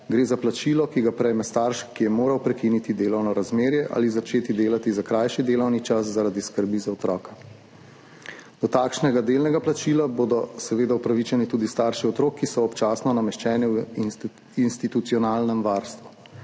Gre za plačilo, ki ga prejme starš, ki je moral prekiniti delovno razmerje ali začeti delati za krajši delovni čas zaradi skrbi za otroka. Do takšnega delnega plačila bodo seveda upravičeni tudi starši otrok, ki so občasno nameščeni v institucionalnem varstvu,